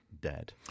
dead